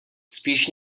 spíš